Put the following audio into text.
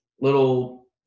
little